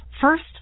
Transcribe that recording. First